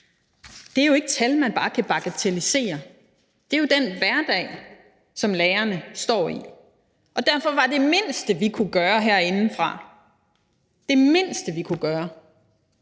Det er jo ikke tal, man bare kan bagatellisere. Det er jo den hverdag, som lærerne står i, og derfor var det mindste, vi kunne gøre herindefra, da at tage noget